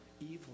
Evil